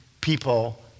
people